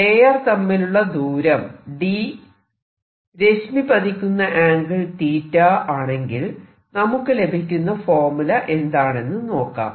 layer തമ്മിലുള്ള ദൂരം d രശ്മി പതിക്കുന്ന ആംഗിൾ ആണെങ്കിൽ നമുക്ക് ലഭിക്കുന്ന ഫോർമുല എന്താണെന്ന് നോക്കാം